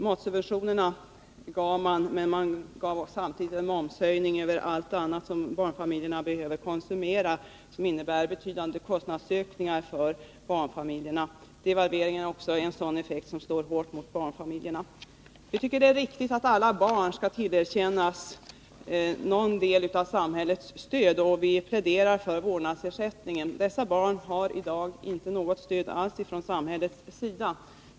Matsubventionerna gav man, men man gav samtidigt en momshöjning omfattande allt annat som barnfamiljerna behöver konsumera, och det innebär betydande kostnadsökningar för barnfamiljerna. Devalveringen har också en sådan effekt som slår hårt mot barnfamiljerna. Vi tycker att det är riktigt att alla barn skall tillerkännas någon del av samhällets stöd, och vi pläderar för vårdnadsersättning. Dessa barn har i dag inte något stöd alls från samhällets sida.